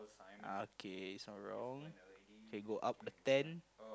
okay so wrong k go up the tent